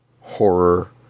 horror